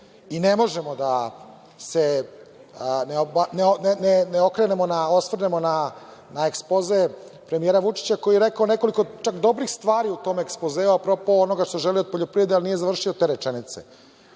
Ne možemo da se ne osvrnemo na ekspoze premijera Vučića, koji je rekao nekoliko čak dobrih stvari u tom ekspozeu, apropo onoga što želi od poljoprivrede, a nije završio te rečenice.